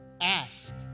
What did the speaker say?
Ask